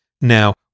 Now